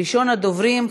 ראשון הדוברים,